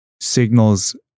signals